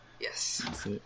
Yes